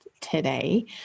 today